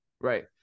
Right